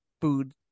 food